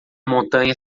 montanha